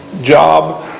job